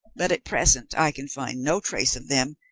but at present i can find no trace of them,